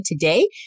today